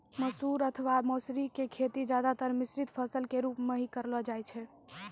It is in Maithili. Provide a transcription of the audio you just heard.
मसूर अथवा मौसरी के खेती ज्यादातर मिश्रित फसल के रूप मॅ हीं करलो जाय छै